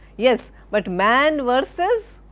yes, but man versus,